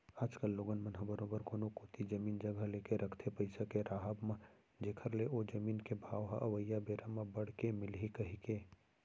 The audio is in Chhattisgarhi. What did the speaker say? आज कल लोगन मन ह बरोबर कोनो कोती जमीन जघा लेके रखथे पइसा के राहब म जेखर ले ओ जमीन के भाव ह अवइया बेरा म बड़ के मिलही कहिके